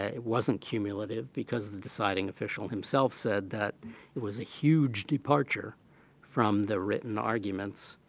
it wasn't cumulative because the deciding official himself said that it was a huge departure from the written arguments